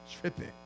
tripping